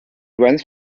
runs